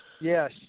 Yes